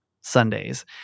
Sundays